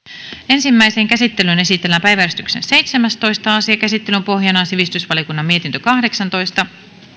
ensimmäiseen käsittelyyn esitellään päiväjärjestyksen seitsemästoista asia käsittelyn pohjana on sivistysvaliokunnan mietintö kahdeksantoista